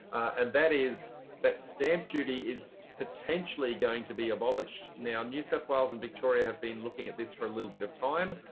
and that is that stamp duty is potentially going to be abolished. now new south wales and victoria have been looking at this for a little bit of time.